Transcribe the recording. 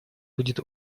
будет